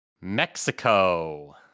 Mexico